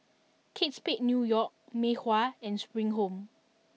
Kate Spade New York Mei Hua and Spring Home